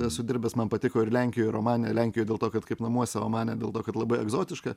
esu dirbęs man patiko ir lenkijoje ir omane lenkijoj dėl to kad kaip namuose o omane dėl to kad labai egzotiška